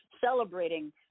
celebrating